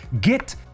get